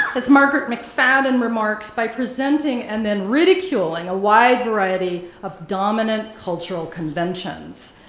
as margaret mcfadden remarks by presenting and then ridiculing a wide variety of dominant cultural conventions,